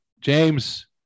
James